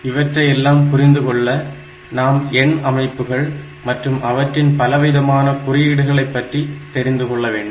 இவற்றையெல்லாம் புரிந்துகொள்ள நாம் எண் அமைப்புகள் மற்றும் அவற்றின் பலவிதமான குறியீடுகளை பற்றி தெரிந்து கொள்ள வேண்டும்